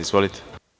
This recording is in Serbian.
Izvolite.